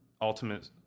Ultimate